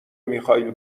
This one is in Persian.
میخائیل